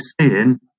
seeing